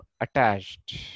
attached